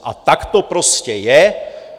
A tak to prostě je.